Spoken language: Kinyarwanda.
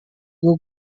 bwo